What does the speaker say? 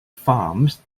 farms